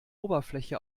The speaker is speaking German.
oberfläche